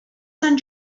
sant